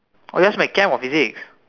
oh that was Chem or physics